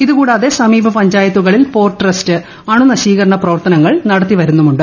ഇതു കൂടാതെ സമീപ പഞ്ചായത്തുകളിൽ പോർട്ട് ട്രസ്റ്റ് അണുനശീകരണ പ്രവർത്തനങ്ങൾ നടത്തിവരുന്നുമുണ്ട്